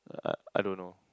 uh I don't know